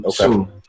Okay